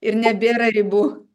ir nebėra ribų